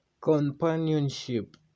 companionship